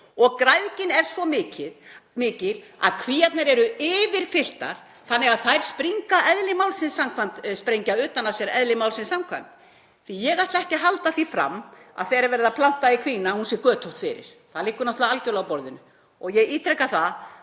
Græðgin er svo mikil að kvíarnar eru yfirfylltar þannig að þær sprengja utan af sér eðli málsins samkvæmt, því að ég ætla ekki að halda því fram að þegar er verið að planta í kvína sé hún götótt fyrir. Það liggur algjörlega á borðinu. Ég ítreka að